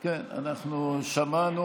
כן, אנחנו שמענו.